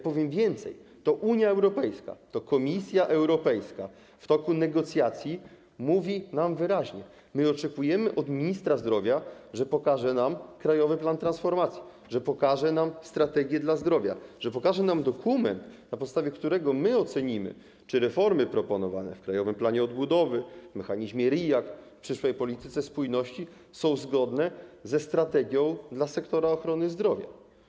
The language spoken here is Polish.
Powiem więcej, to Unia Europejska, to Komisja Europejska w toku negocjacji mówi nam wyraźnie: oczekujemy od ministra zdrowia, że pokaże nam krajowy plan transformacji, że pokaże nam strategię dla zdrowia, że pokaże nam dokument, na podstawie którego my ocenimy czy reformy proponowane w Krajowym Planie Odbudowy, mechanizmie RIAD, przyszłej polityce spójności są zgodne ze strategią dla sektora ochrony zdrowia.